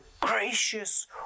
gracious